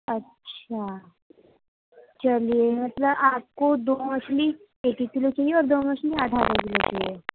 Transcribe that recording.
اچھا چلیے مطلب آپ کو دو مچھلی ایک ایک کیلو چاہیے اور دو مچھلی آدھا آدھا کیلو چاہیے